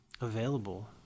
available